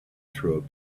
through